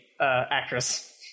actress